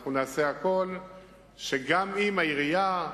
אנחנו נעשה הכול שגם אם העירייה,